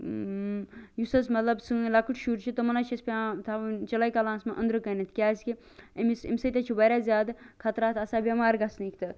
یُس حظ مَطلَب سٲنٛۍ لَکٕٹ شُرۍ چھِ تمن حظ چھ اَسہِ پیٚوان تھاون چلے کَلانَس مَنٛز أندرٕ کَنیٚتھ کیازکہِ امس امہ سۭتۍ حظ چھ واریاہ زیادٕ خَطرات آسان بیٚمار گَژھنٕکۍ تہ